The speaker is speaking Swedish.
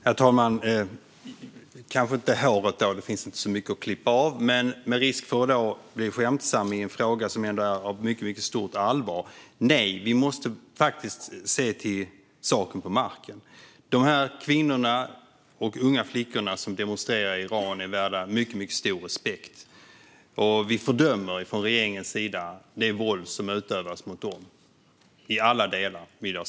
Herr talman! Det blir kanske inte håret, eftersom det inte finns så mycket att klippa av. Det sagt med risk för att bli skämtsam i en fråga med mycket stort allvar. Nej, vi måste faktiskt se till saken på marken. Kvinnorna och de unga flickorna som demonstrerar i Iran är värda mycket stor respekt. Vi fördömer från regeringens sida det våld som utövas mot dem i alla delar.